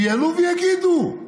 ויעלו ויגידו: